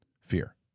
fear